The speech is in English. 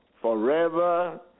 forever